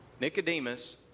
Nicodemus